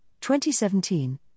2017